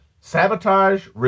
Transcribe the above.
sabotage